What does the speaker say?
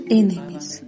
enemies